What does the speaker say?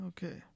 Okay